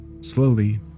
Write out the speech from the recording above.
Slowly